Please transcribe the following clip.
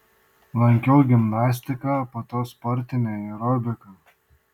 lankiau gimnastiką po to sportinę aerobiką